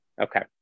Okay